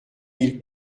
mille